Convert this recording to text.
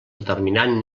determinant